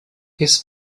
his